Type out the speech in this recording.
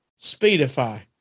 Speedify